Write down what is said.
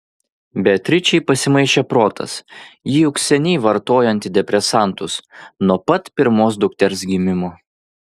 beatričei pasimaišė protas ji juk seniai vartoja antidepresantus nuo pat pirmos dukters gimimo